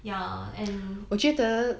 ya and